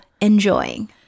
enjoying